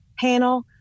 panel